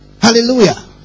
Hallelujah